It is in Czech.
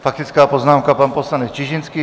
Faktická poznámka, poslanec Čižinský.